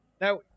Now